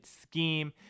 scheme